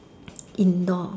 indoor